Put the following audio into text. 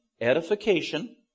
edification